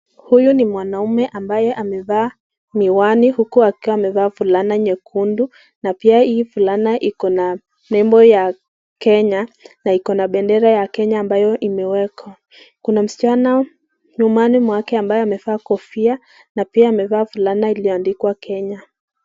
Huyu ni mwanaume ambaye amevaa miwani huku akiwa amevaa fulana nyekundu napia hii fulana iko na nembo ya Kenya na iko na bendera ya kenya ambayo imewekwa kuna msichana nyumani mwake ambaye amevaa kofia na pia amevaa fulana iliyoandikwa Kenya.